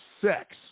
sex